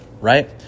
right